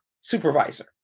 supervisor